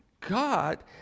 God